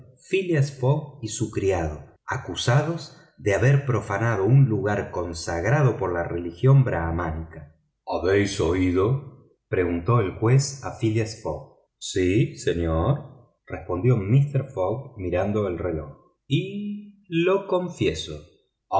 fogg y su criado acusados de haber profanado un lugar consagrado por la religión brahmánica habéis oído preguntó el juez a phileas fogg sí señor respondió mister fogg mirando el reloj y lo confieso